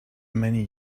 many